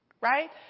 Right